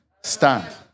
stand